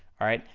alright?